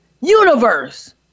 Universe